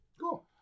Cool